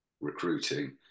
recruiting